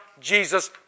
jesus